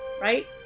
right